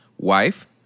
Wife